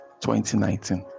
2019